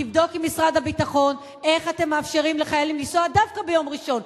תבדוק עם משרד הביטחון איך אתם מאפשרים לחיילים לנסוע דווקא ביום ראשון,